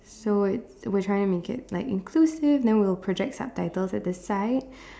so it's we're trying to make it like inclusive then we'll project subtitles at the side